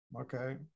Okay